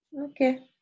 Okay